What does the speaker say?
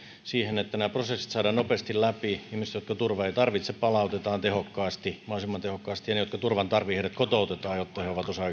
siihen että nämä prosessit saadaan nopeasti läpi ihmiset jotka turvaa eivät tarvitse palautetaan tehokkaasti mahdollisimman tehokkaasti ja ne jotka turvan tarvitsevat kotoutetaan jotta he ovat osa